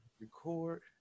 record